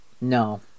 No